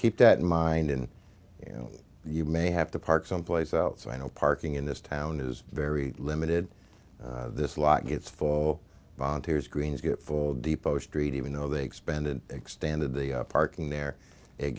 keep that in mind and you know you may have to park someplace else i know parking in this town is very limited this lot gets for volunteers greens get for depot street even though they expanded extended the parking there it